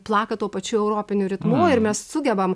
plaka tuo pačiu europiniu ritmu ir mes sugebam